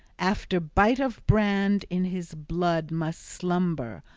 after bite of brand in his blood must slumber,